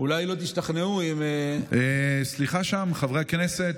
אולי לא תשתכנעו אם, סליחה שם, חברי הכנסת.